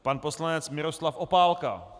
Pan poslanec Miroslav Opálka.